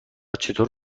چطور